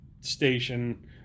station